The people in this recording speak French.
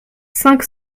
cinq